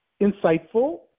insightful